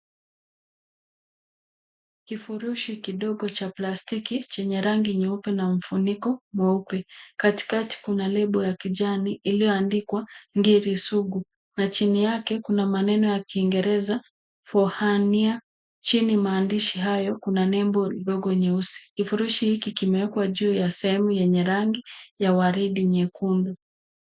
Kifurushi kidogo cha plastiki chenye rangi nyeupe na mfuniko mweupe. Katikati kuna label ya kijani iliyoandikwa ngiri sugu. Na chini yake kuna maneno ya Kiingereza Forhania . Chini ya maandishi hayo kuna nembo ndogo nyeusi. Kivurushi hiki kimewekwa juu ya sehemu yenye rangi ya waridi nyekundu.